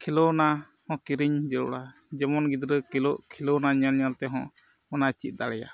ᱠᱷᱮᱞᱳᱱᱟ ᱦᱚᱸ ᱠᱤᱨᱤᱧ ᱡᱟᱹᱨᱩᱲᱟ ᱡᱮᱢᱚᱱ ᱜᱤᱫᱽᱨᱟᱹ ᱠᱷᱮᱞᱳᱱᱟ ᱧᱮᱞ ᱧᱮᱞ ᱛᱮᱦᱚᱸ ᱚᱱᱟᱭ ᱪᱮᱫ ᱫᱟᱲᱮᱭᱟᱜᱼᱟ